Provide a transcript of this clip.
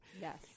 yes